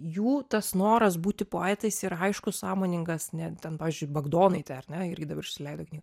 jų tas noras būti poetais yra aiškus sąmoningas ne ten pavyzdžiui bagdonaitė ar ne irgi dabar išsileido knygą